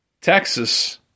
Texas